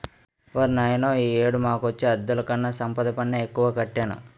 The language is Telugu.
ఓర్నాయనో ఈ ఏడు మాకొచ్చే అద్దెలుకన్నా సంపద పన్నే ఎక్కువ కట్టాను